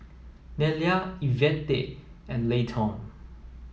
Nelia Ivette and Layton